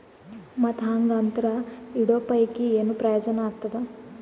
ಮತ್ತ್ ಹಾಂಗಾ ಅಂತರ ಇಡೋ ಪೈಕಿ, ಏನ್ ಪ್ರಯೋಜನ ಆಗ್ತಾದ?